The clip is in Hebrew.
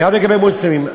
זה גם לגבי מוסלמים.